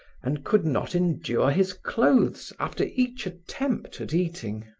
and could not endure his clothes after each attempt at eating.